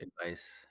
advice